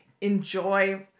enjoy